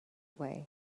way